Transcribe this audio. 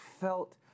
felt